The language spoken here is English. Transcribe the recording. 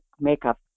makeup